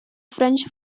french